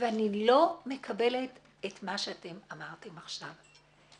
אני לא מקבלת את מה שאתם אמרתם עכשיו.